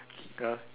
ya